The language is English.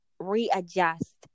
readjust